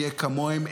נהיה כמוהם,